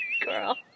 girl